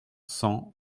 cent